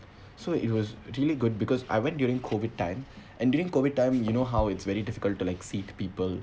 so it was really good because I went during COVID time and during COVID time you know how it's very difficult to like seat people